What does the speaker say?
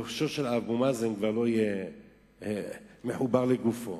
ראשו של אבו מאזן כבר לא יהיה מחובר לגופו.